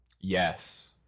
Yes